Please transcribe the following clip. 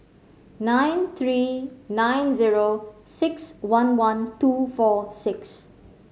nine three nine zero six one one two four six